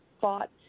fought